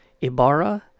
Ibarra